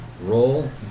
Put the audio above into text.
Roll